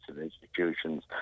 institutions